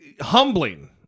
humbling